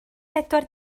pedwar